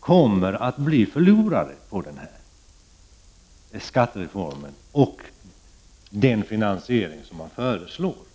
kommer att förlora på skattereformen och den föreslagna finansieringen.